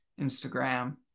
instagram